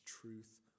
truth